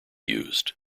used